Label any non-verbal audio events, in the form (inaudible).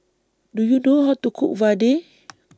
Do YOU know How to Cook Vadai (noise)